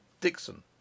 Dixon